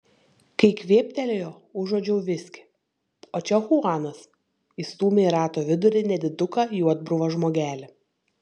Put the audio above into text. kai kvėptelėjo užuodžiau viskį o čia chuanas įstūmė į rato vidurį nediduką juodbruvą žmogelį